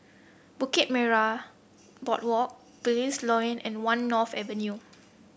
Bukit Boardwalk Belilios Lane and One North Avenue